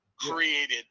created